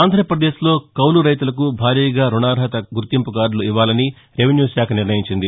ఆంధ్రప్రదేశ్లో కౌలు రైతులకు భారీగా రుణ అర్హత గుర్తింపు కార్డులు ఇవ్వాలని రెవెన్యూ శాఖ నిర్ణయించింది